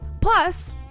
Plus